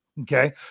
Okay